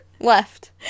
left